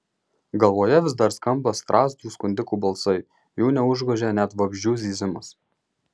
galvoje vis dar skamba strazdų skundikų balsai jų neužgožia net vabzdžių zyzimas